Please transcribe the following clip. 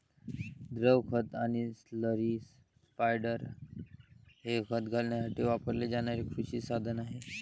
द्रव खत किंवा स्लरी स्पायडर हे खत घालण्यासाठी वापरले जाणारे कृषी साधन आहे